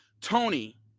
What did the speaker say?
Tony